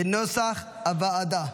כנוסח הוועדה.